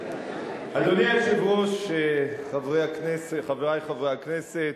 אדוני היושב-ראש, חברי חברי הכנסת,